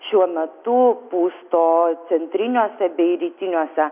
šiuo metu pusto centriniuose bei rytiniuose